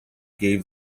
gave